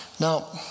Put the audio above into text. Now